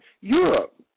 Europe